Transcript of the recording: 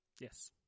Yes